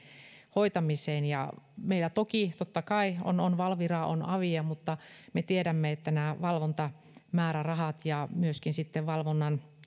hoitamiseen meillä totta kai on on valviraa on avia mutta me tiedämme että nämä valvontamäärärahat ja myöskin sitten valvonnan